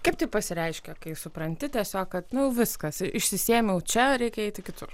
kaip tai pasireiškia kai supranti tiesiog kad nu viskas išsisėmiau čia reikia eiti kitur